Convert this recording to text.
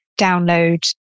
download